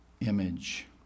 image